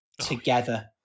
together